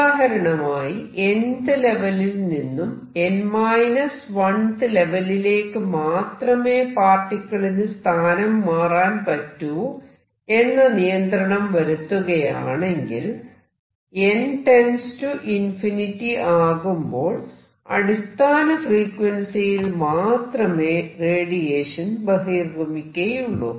ഉദാഹരണമായി nth ലെവലിൽ നിന്നും th ലെവലിലേക്ക് മാത്രമേ പാർട്ടിക്കിളിന് സ്ഥാനം മാറാൻ പറ്റൂ എന്ന നിയന്ത്രണം വരുത്തുകയാണെങ്കിൽ n →∞ ആകുമ്പോൾ അടിസ്ഥാന ഫ്രീക്വൻസിയിൽ മാത്രമേ റേഡിയേഷൻ ബഹിർഗമിക്കയുള്ളൂ